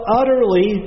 utterly